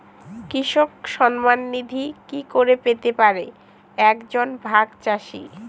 কৃষক সন্মান নিধি কি করে পেতে পারে এক জন ভাগ চাষি?